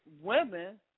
women